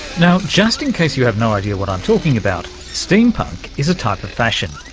now, just in case you have no idea what i'm talking about, steampunk is a type of fashion.